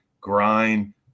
grind